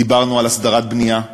דיברנו על הסדרת בנייה,